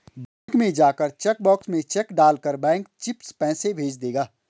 bank में जाकर cheque box में चेक डाल कर बैंक चिप्स पैसे भेज देगा